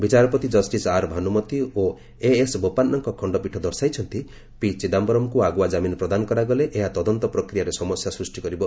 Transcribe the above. ବିଚାରପତି justice R Bhanumati ଓ A S ବୋପାନ୍ନାଙ୍କ ଖଣ୍ଡପୀଠ ଦର୍ଶାଇଛନ୍ତି ପି ଚିଦାୟରମ୍ଙ୍କୁ ଆଗୁଆ ଜାମିନ୍ ପ୍ରଦାନ କରାଗଲେ ଏହା ତଦନ୍ତ ପ୍ରକ୍ରିୟାରେ ସମସ୍ୟା ସୃଷ୍ଟି କରିବ